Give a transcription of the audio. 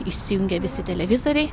išsijungė visi televizoriai